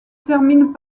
terminent